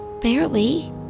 Barely